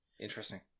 Interesting